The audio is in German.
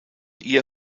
ihr